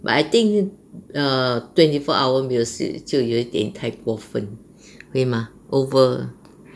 but I think err twenty four hour 没有 sleep 就有点太过分会吗 over